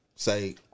Say